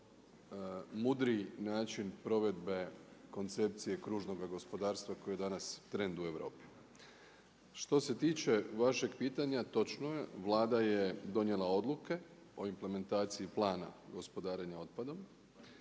mudriji način provedbe koncepcije kružnoga gospodarstva koji je danas trend u Europi. Što se tiče vašeg pitanja točno je, Vlada je donijela odluke o implementaciji plana gospodarenja otpadom,